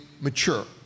mature